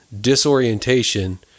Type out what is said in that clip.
disorientation